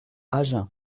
agen